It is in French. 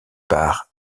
par